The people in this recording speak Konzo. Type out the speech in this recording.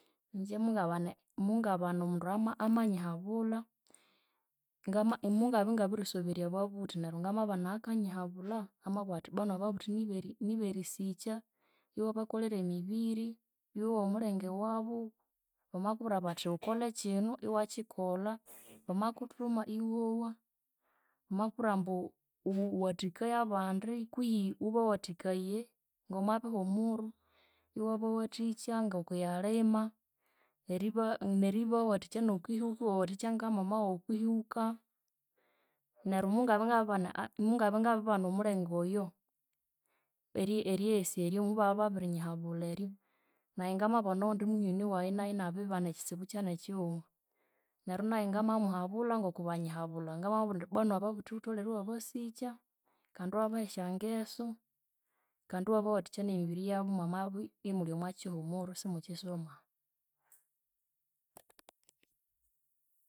Ingye mungabana mungabana omundu ama amanyihabulha ngama, mungabya ingabisoberya ababuthi neryo ngamabana eyakanyihabulha amabugha athi bbwanu ababuthi nib'e nib'erisikya, iwabakolhera emibiri, iwowa omulhenge w'abo, bamakubwira bathi wukolhe kino, iwakikolha bamakuthuma iwowa, bamakubwira ambu wu- wuwathikaye abandi kwihi wubawathikaye ng'omo bihumulho iwabawathikya ng'okwiyalhima n'eriba n'eribawathikya n'okwihuka, iwawathikya mama wawu okwihuka, neryo mungabya ingabibana mungabya ingabibana omulhenge oyo, ery'eghesya eryo mubabya babinyihabulha eryo nayi ngamabana owundi munywani wayi nayo iniabiribana ekitsibu kyanekighuma, neryo nayo ngamamuhabulha ng'ok'obanyihabulha, ngamamubwira nyithi bbwanu ababuthi wutholhere iwabasikya kandi iwabaha esyangeso kandi iwabawathikya n'emibiri yabo mwamabya imulhi omo kihumulho isimukisoma.